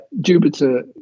Jupiter